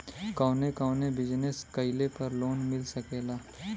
कवने कवने बिजनेस कइले पर लोन मिल सकेला?